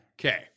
Okay